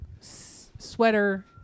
sweater